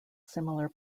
similar